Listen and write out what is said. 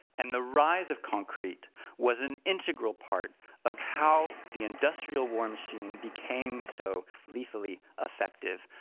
and the rise of concrete was an integral part of how the industrial war machine became so gleefully effective.